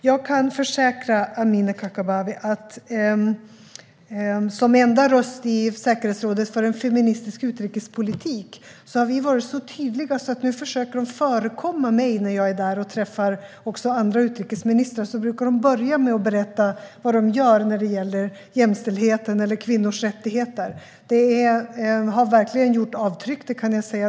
Jag kan försäkra Amineh Kakabaveh om att vi som enda röst i säkerhetsrådet för en feministisk utrikespolitik har varit så tydliga att man nu försöker förekomma mig - när jag är där och träffar andra utrikesministrar brukar de börja med att berätta vad de gör när det gäller jämställdhet eller kvinnors rättigheter. Det har verkligen gjort avtryck, kan jag säga.